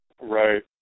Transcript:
right